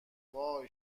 وای